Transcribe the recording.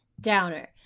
downer